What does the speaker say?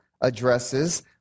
addresses